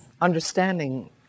understanding